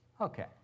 Okay